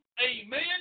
amen